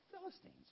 Philistines